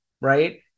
right